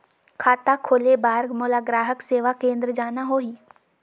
खाता खोले बार मोला ग्राहक सेवा केंद्र जाना होही?